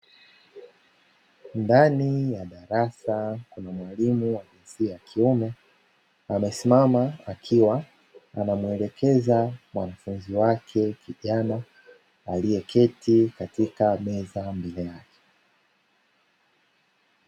Ndani ya darasa, kuna mwalimu wa jinsia ya kiume, amesimama akiwa anamuelekeza mwanafunzi wake kijana, aliyeketi katika meza mbele yake.